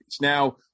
Now